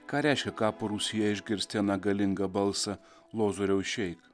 ką reiškia kapo rūsyje išgirsti aną galingą balsą lozoriau išeik